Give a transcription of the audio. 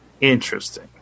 Interesting